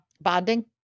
Bonding